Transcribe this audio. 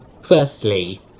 firstly